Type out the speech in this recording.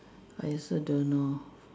I also don't know